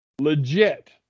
legit